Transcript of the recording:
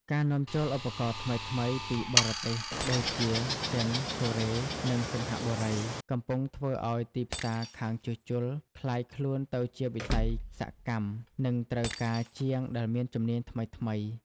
ការនាំចូលឧបករណ៍ថ្មីៗពីបរទេស ដូចជា ចិន កូរ៉េ និងសិង្ហបុរី កំពុងធ្វើឱ្យទីផ្សារខាងជួសជុលក្លាយខ្លួនទៅជាវិស័យសកម្ម និងត្រូវការជាងដែលមានជំនាញថ្មីៗ។